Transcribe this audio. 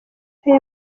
aya